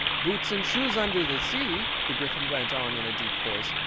boots and shoes under the sea, the gryphon went on in a deep voice,